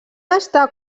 estar